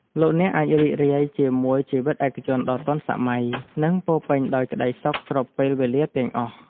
លោកអ្នកអាចរីករាយជាមួយជីវិតឯកជនដ៏ទាន់សម័យ និងពោរពេញដោយក្តីសុខគ្រប់ពេលវេលាទាំងអស់។